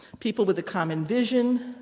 people with a common vision.